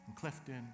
Clifton